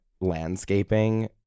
landscaping